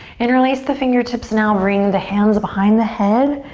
interlace the fingertips now, bring the hands behind the head.